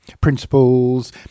principles